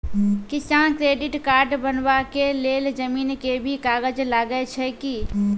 किसान credit card बनबा के लेल जमीन के भी कागज लागै छै कि?